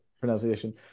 pronunciation